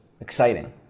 exciting